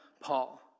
Paul